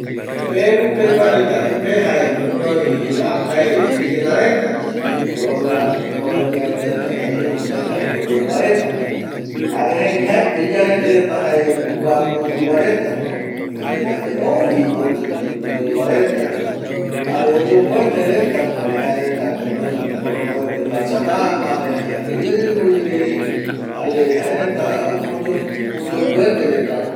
Peru pegua reta yepe jae guɨnoi jae indigena reta jare colina coloniale retano ïru tëtaguï yogueru vareta jare erei jaeko iya rete reta jae kuakotɨgua retano jare ouvi kotɨgui yogueru varetagui jare oyomboete reta jare jaereta guɨnoi mboromboete pachamamare jare ɨvɨre jare jaereta oyomboete reta